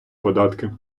податки